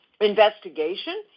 investigation